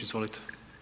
Izvolite.